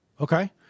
Okay